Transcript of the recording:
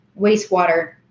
wastewater